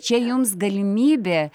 čia jums galimybė